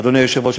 אדוני היושב-ראש,